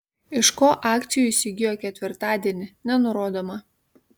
iš ko akcijų įsigijo ketvirtadienį nenurodoma